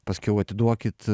pasakiau atiduokit